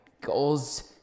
goals